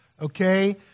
okay